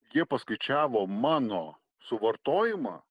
jie paskaičiavo mano suvartojimą